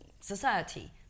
society